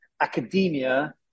academia